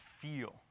feel